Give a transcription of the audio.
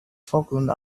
falkland